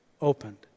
opened